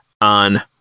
on